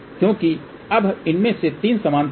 क्योंकि अब इनमें से 3 समानांतर हैं